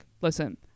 listen